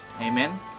Amen